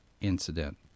incident